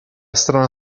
strana